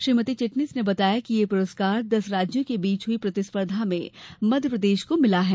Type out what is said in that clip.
श्रीमती चिटनिस ने बताया कि यह पुरस्कार दस राज्यों के बीच हुई प्रतिस्पर्धा में मध्यप्रदेश को मिला है